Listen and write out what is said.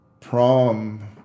prom